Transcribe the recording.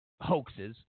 hoaxes